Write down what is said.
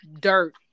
dirt